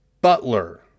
Butler